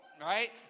Right